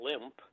limp